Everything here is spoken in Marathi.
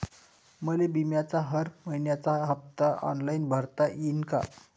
मले बिम्याचा हर मइन्याचा हप्ता ऑनलाईन भरता यीन का?